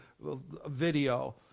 video